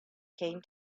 came